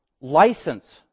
license